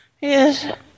Yes